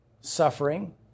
suffering